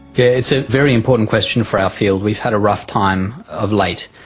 yeah it's a very important question for our field. we've had a rough time of late.